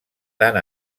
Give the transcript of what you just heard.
tant